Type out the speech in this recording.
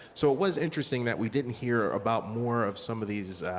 so it was interesting that we didn't hear about more of some of these,